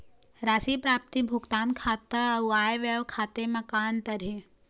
राशि प्राप्ति भुगतान खाता अऊ आय व्यय खाते म का अंतर हे?